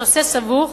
הנושא סבוך,